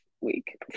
week